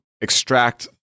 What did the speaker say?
extract